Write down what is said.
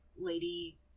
lady